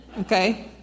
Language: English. Okay